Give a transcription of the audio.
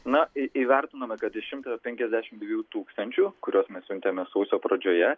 na į įvertinome kad iš šimto penkiasdešim dviejų tūkstančių kuriuos mes siuntėme sausio pradžioje